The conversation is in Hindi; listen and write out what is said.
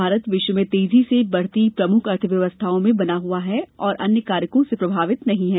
भारत विश्व में तेजी से बढ़ती प्रमुख अर्थव्यवस्थाओं में बना हआ है और अन्य कारको से प्रभावित नहीं है